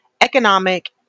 economic